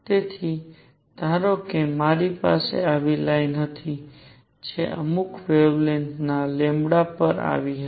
તેથી ધારો કે મારી પાસે આવી લાઇન હતી જે અમુક વેવલેન્ગથ ના લેમ્બડાપર આવી રહી છે